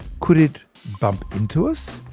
could it bump into us?